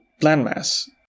landmass